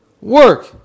Work